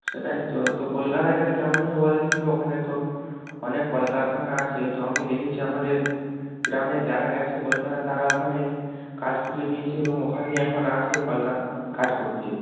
সেটাই তো তো কলকাতায় গেলে কেমন হবে বলো দেখি ওখানে তো অনেক কলকারখানা আছে তো আমি দেখেছি আমাদের গ্রামের যারা গেছে কলকাতা তারা ওখানে কাজ খুঁজে নিয়েছে এবং ওখানে এখন আছে কলকাতায় হয়তো কাজ করছে